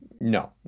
no